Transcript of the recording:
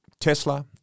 Tesla